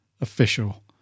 official